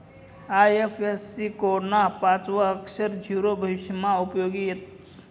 IFSC code ना पाचवं अक्षर झीरो भविष्यमा उपयोगी येस